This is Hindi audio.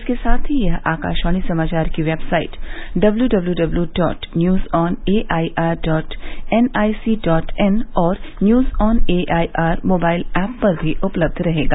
इसके साथ ही यह आकाशवाणी समाचार की website W W W dot news on A I R dot N I C dot in और news on A I R mobile app पर भी उपलब्ध रहेगा